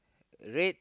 red